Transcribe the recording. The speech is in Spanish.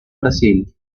brasil